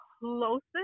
closest